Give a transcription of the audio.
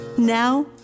Now